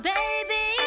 baby